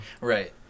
Right